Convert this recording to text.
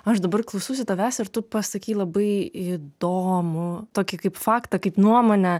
aš dabar klausausi tavęs ir tu pasakei labai įdomų tokį kaip faktą kaip nuomonę